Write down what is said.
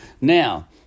now